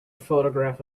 photograph